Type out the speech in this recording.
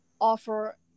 offer